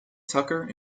tucker